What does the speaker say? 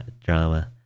drama